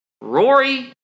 Rory